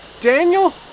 Daniel